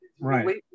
right